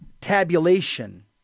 tabulation